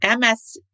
MS